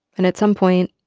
and at some point,